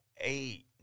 eight